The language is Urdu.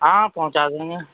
ہاں پہنچا دیں گے